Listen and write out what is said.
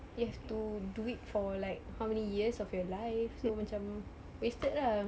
you have to do it for like how many years of your life so macam wasted lah